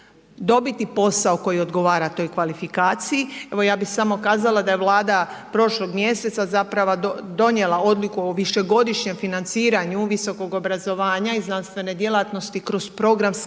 dobiti posao koji odgovara toj kvalifikaciji, evo ja bih samo kazala da je Vlada prošlog mjeseca zapravo donijela odluku o višegodišnjem financiranju visokog obrazovanja i znanstvene djelatnosti kroz programske